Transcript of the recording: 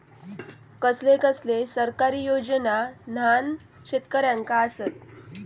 कसले कसले सरकारी योजना न्हान शेतकऱ्यांना आसत?